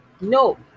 No